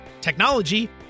technology